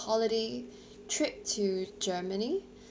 holiday trip to germany